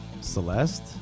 celeste